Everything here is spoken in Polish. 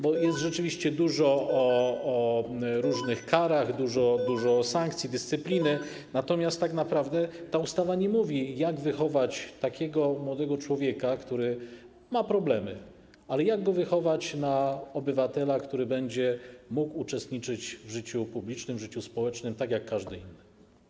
Bo jest rzeczywiście dużo o różnych karach, dużo o sankcji, dyscypliny, natomiast tak naprawdę ta ustawa nie mówi, jak wychować takiego młodego człowieka, który ma problemy, ale jak go wychować na obywatela, który będzie mógł uczestniczyć w życiu publicznym, w życiu społecznym tak jak każdy inny?